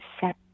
set